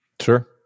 Sure